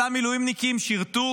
אותם מילואימניקים שירתו